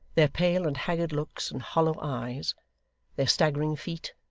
their pale and haggard looks and hollow eyes their staggering feet,